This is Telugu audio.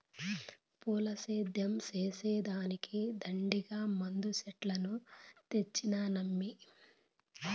పూల సేద్యం చేసే దానికి దండిగా మందు చెట్లను తెచ్చినానమ్మీ